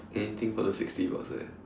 anything for the sixty bucks eh